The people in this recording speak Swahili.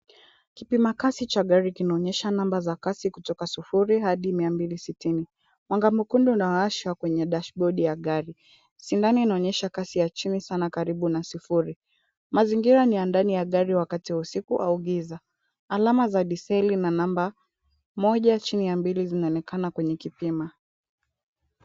Kipima kasi cha gari kinaonyesha namba za kasi kutoka sufuria hadi mia mbili sititi. Mwanga mkundu unashwa kwenye dashibodi ya gari. Sindano inaonyesha kasi ya chini sana karibu na sufuri. Mazingira ni ya ndani ya gari wakati wa usiku au giza. Alama za diseli na namba moje chini ya mbili zinaonekana kwenye kipimo.